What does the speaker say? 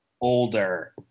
older